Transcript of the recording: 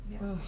Yes